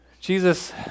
Jesus